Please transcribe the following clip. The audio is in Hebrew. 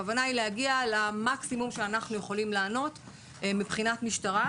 הכוונה היא להגיע למקסימום מענה מבחינת המשטרה.